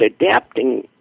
adapting